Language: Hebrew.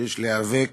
שיש להיאבק